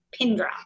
Pindra